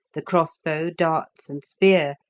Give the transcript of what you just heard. the crossbow, darts, and spear,